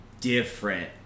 different